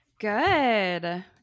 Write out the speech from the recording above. Good